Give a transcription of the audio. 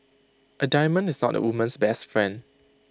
A diamond is not A woman's best friend